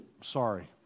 Sorry